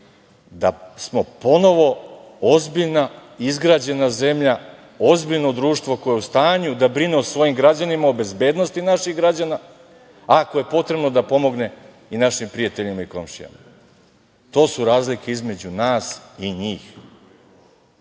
da smo ponovo ozbiljna, izgrađena zemlja, ozbiljno društvo koje je u stanju da brine o svojim građanima, o bezbednosti naših građana ako je potrebno da pomogne i našim prijateljima i komšijama. To su razlike između nas i njih.